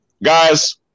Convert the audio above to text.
Guys